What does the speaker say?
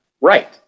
right